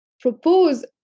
propose